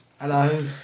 hello